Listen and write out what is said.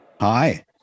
Hi